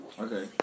Okay